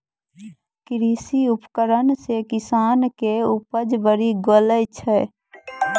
कृषि उपकरण से किसान के उपज बड़ी गेलो छै